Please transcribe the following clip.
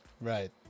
Right